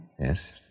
Yes